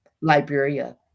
Liberia